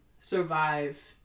survive